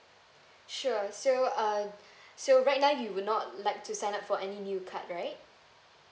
sure so uh so right now you would not like to sign up for any new card right